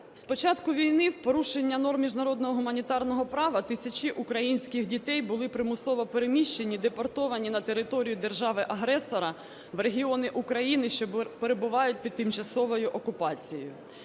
З початку війни в порушення норм міжнародного гуманітарного права тисячі українських дітей були примусово переміщені, депортовані на територію держави-агресора, в регіони України, що перебувають під тимчасовою окупацією.